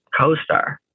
CoStar